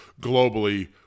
globally